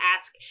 ask